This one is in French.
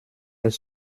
est